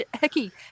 Hickey